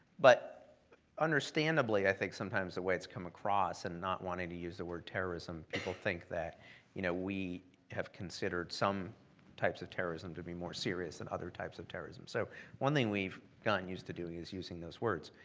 but understandably i think sometimes the way it's come across, and not wanting to use the word terrorism people think that you know we have considered some types of terrorism to be more serious than and other types of terrorism. so one thing we've gotten used to doing is using those words,